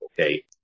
Okay